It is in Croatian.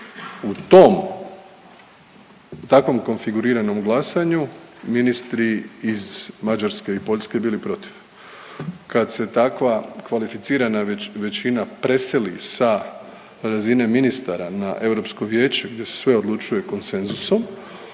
u tom, u takvom konfiguriranom glasanju ministri iz Mađarske i Poljske bili protiv. Kad se takva kvalificirana većina preseli sa razine ministara na Europsko Vijeće gdje se sve odlučuje konsenzusom